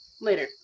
Later